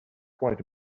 quite